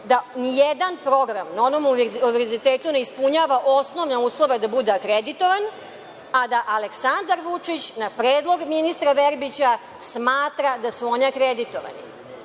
da ni jedan program na ovom univerzitetu ne ispunjava osnovne uslove da bude akreditovan, a da Aleksandar Vučić na predlog ministra Verbića smatra da su oni akreditovani?